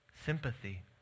sympathy